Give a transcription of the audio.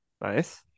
Nice